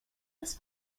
des